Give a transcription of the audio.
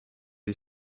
est